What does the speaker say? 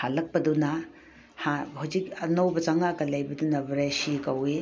ꯍꯜꯂꯛꯄꯗꯨꯅ ꯍꯧꯖꯤꯛ ꯑꯅꯧꯕ ꯆꯪꯑꯛꯑꯒ ꯂꯩꯕꯗꯨꯅ ꯕ꯭ꯔꯦꯁꯤ ꯀꯧꯋꯤ